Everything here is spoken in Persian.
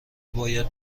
باید